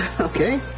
Okay